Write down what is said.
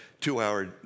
two-hour